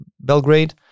Belgrade